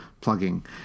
plugging